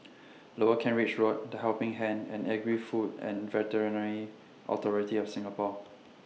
Lower Kent Ridge Road The Helping Hand and Agri Food and Veterinary Authority of Singapore